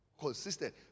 Consistent